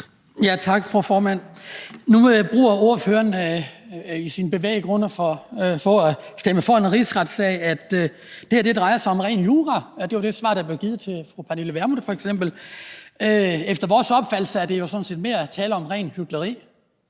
Tak, fru formand. Nu bruger ordføreren i sine bevæggrunde for at stemme for en rigsretssag, at det her drejer sig om ren jura – det var f.eks. det svar, der blev givet til fru Pernille Vermund. Efter vores opfattelse er der sådan set mere tale om rent hykleri.